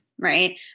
Right